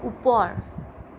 ওপৰ